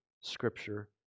Scripture